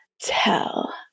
tell